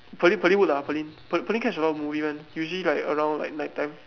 Perlyn Perlyn would ah Perlyn Perlyn catch a lot of movie [one] usually like around night time